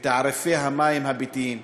תעריפי המים הביתיים.